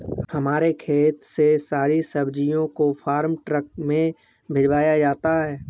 हमारे खेत से सारी सब्जियों को फार्म ट्रक में भिजवाया जाता है